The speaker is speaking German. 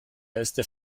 hellste